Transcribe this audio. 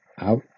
out